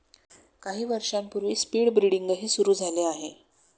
काही वर्षांपूर्वी स्पीड ब्रीडिंगही सुरू झाले आहे